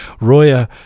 roya